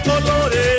colores